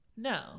No